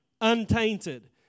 untainted